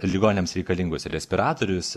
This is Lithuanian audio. ligoniams reikalingus respiratorius